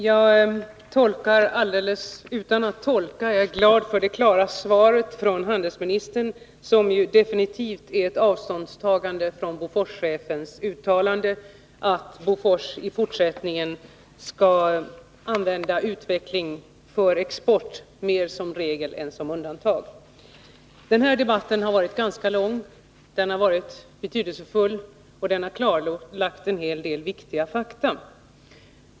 Herr talman! Jag är glad att jag har fått ett så klart svar från handelsministern att det inte behöver tolkas. Det är definitivt ett avståndstagande från Boforschefens uttalande att Bofors i fortsättningen skall satsa på utveckling för export mer som regel än som undantag. Denna debatt har varit ganska lång. Den har varit betydelsefull, och den har klarlagt en hel del viktiga fakta.